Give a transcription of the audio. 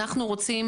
אנחנו רוצים